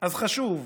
אז חשוב,